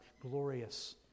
glorious